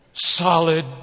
solid